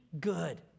good